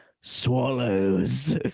Swallows